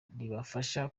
ribafasha